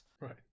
right